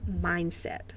mindset